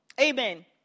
Amen